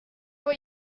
what